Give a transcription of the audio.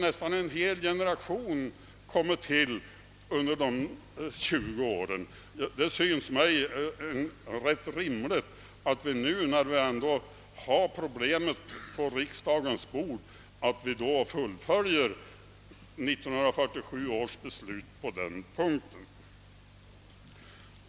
Nästan en hel generation har kommit till under denna tid. Det synes mig vara rätt rimligt att vi nu, när ärendet ligger på riksdagens bord, fullföljer 1947 års beslut.